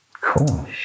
Cool